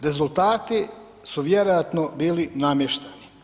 Rezultati su vjerojatno bili namješteni.